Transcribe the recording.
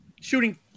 shooting